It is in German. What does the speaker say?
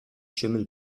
schimmel